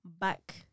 back